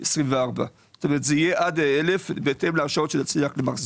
24'. כלומר זה יהיה עד אלף בהתאם להרשאות שנצליח למחזר.